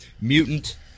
Mutant